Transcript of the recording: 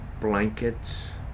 blankets